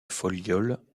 folioles